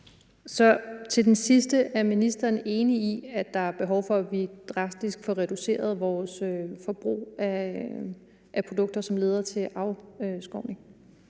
vil jeg spørge: Er ministeren enig i, at der er behov for, at vi drastisk får reduceret vores forbrug af produkter, som leder til afskovning?